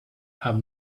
have